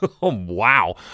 Wow